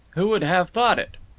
who would have thought it?